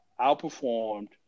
outperformed